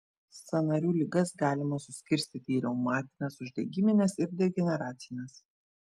sąnarių ligas galima suskirstyti į reumatines uždegimines ir degeneracines